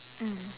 mm